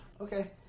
Okay